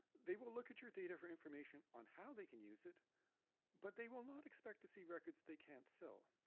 they will look at your data for information on how they can use it but they will not expect to see records they can't sell.